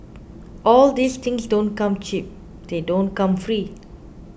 all these things don't come cheap they don't come free